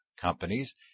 companies